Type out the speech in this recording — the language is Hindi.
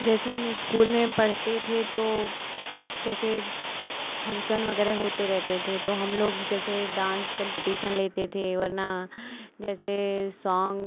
जैसे हम इस्कूल में पढ़ते थे तो जैसे फंक्सन वग़ैरह होते रहते थे तो हम लोग जैसे डांस कम्पटीसन लेते थे वरना जैसे सॉन्ग